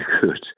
good